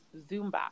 Zumba